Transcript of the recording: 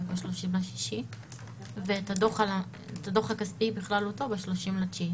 ב-30 ביוני ואת הדוח הכספי בכללותו ב-30 בספטמבר.